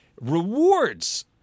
rewards